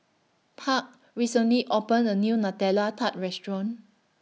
Park recently opened A New Nutella Tart Restaurant